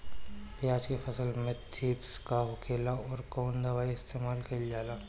प्याज के फसल में थ्रिप्स का होखेला और कउन दवाई इस्तेमाल कईल जाला?